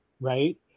right